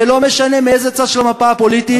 לא משנה מאיזה צד של המפה הפוליטית,